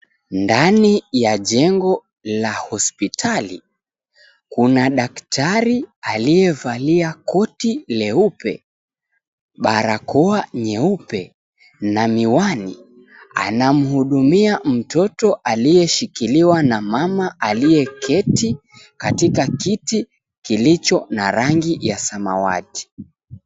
Ndani ya jengo la hospitali kuna daktari aliyevalia koti jeupe, barakoa na miwani anamhudumia mtoto aliyeshikiliwa na mama aliyeketi katika kiti kilicho na rangi ya samawati.